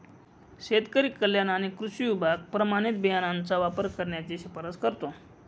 शेतकरी कल्याण आणि कृषी विभाग प्रमाणित बियाणांचा वापर करण्याची शिफारस करतो